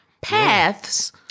paths